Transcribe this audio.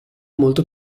molto